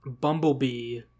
Bumblebee